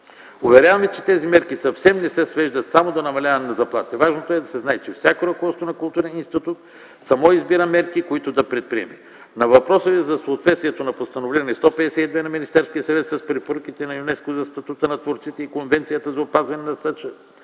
Уверявам ви, че тези мерки съвсем не се свеждат само до намаляване на заплати, важното е да знае, че всяко ръководство на културен институт само избира мерки, които да предприеме. На въпроса Ви за съответствието на Постановление № 152 на Министерския съвет с препоръките на ЮНЕСКО за статута на творците и Конвенцията за опазване